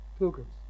Pilgrims